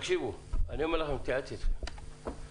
אני מתייעץ אתכם, חברי הכנסת.